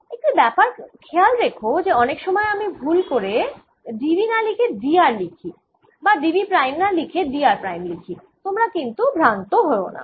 1টি ব্যাপার খেয়াল রেখো যে অনেক সময় আমি ভুল করে dv না লিখে dr লিখি বা dv প্রাইম না লিখে dr প্রাইম লিখি তোমরা কিন্তু ভ্রান্ত হোয়ও না